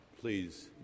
Please